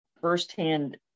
firsthand